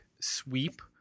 sweep